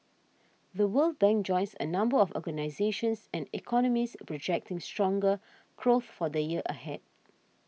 The World Bank joins a number of organisations and economists projecting stronger growth for the year ahead